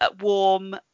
warm